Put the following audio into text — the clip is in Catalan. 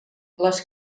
les